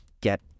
Get